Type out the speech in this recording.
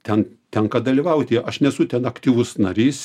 ten tenka dalyvauti aš nesu ten aktyvus narys